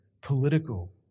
political